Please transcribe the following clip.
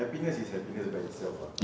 happiness is happiness by itself ah